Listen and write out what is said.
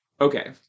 Okay